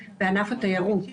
בענף התיירות.